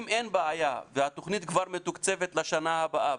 אם אין בעיה, והתוכנית כבר מתוקצבת לשנה הבאה.